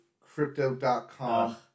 crypto.com